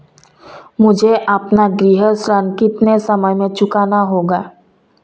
मुझे अपना गृह ऋण कितने समय में चुकाना होगा?